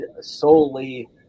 solely